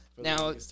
Now